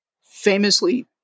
Famously